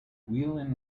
whelan